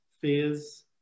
fears